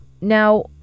Now